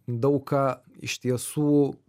daug ką iš tiesų